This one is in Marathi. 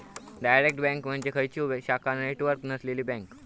डायरेक्ट बँक म्हणजे खंयचीव शाखा नेटवर्क नसलेली बँक